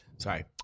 Sorry